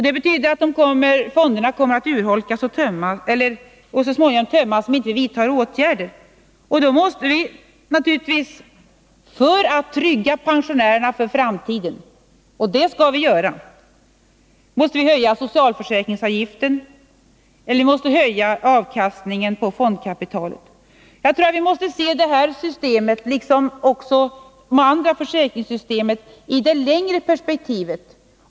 Det betyder att fonderna kommer att urholkas och så småningom tömmas, om vi inte vidtar åtgärder. För att trygga pensionerna för framtiden — och det skall vi göra — måste vi höja socialförsäkringsavgiften och höja avkastningen på fondkapitalet. Jag tror att vi måste se det här systemet, liksom de andra försäkringssystemen, i det längre perspektivet.